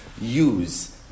use